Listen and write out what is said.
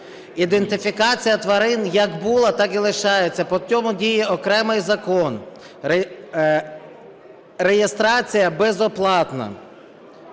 Ідентифікація тварин як була, так і лишається, по цьому діє окремий закон. Реєстрація безоплатна.